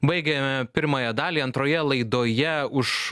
baigiame pirmąją dalį antroje laidoje už